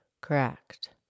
Correct